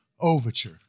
Overture